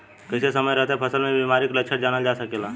कइसे समय रहते फसल में बिमारी के लक्षण जानल जा सकेला?